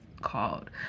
called